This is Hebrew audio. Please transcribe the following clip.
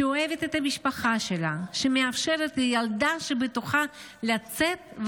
שאוהבת את המשפחה שלה ומאפשרת לילדה שבתוכה לצאת,